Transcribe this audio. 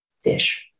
fish